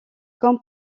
comme